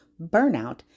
burnout